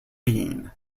bean